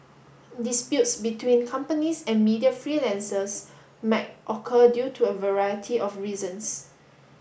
disputes between companies and media freelancers might occur due to a variety of reasons